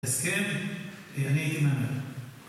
אז כן, אני אהיה כמעט.